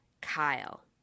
Kyle